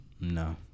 No